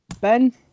Ben